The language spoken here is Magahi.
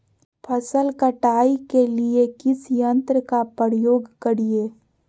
फसल कटाई के लिए किस यंत्र का प्रयोग करिये?